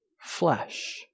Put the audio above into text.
flesh